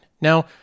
now